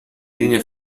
linee